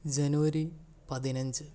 ജനുവരി പതിനഞ്ച്